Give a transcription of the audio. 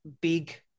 big